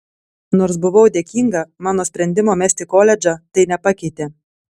nors buvau dėkinga mano sprendimo mesti koledžą tai nepakeitė